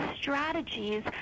strategies